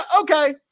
okay